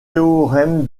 théorème